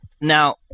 Now